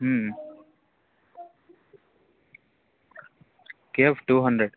KF two hundred